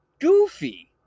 goofy